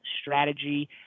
strategy